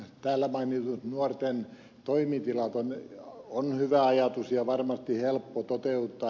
täällä mainitut nuorten toimitilat on hyvä ajatus ja varmasti helppo toteuttaa